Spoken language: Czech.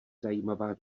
zajímavá